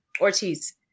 Ortiz